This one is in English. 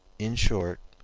in short,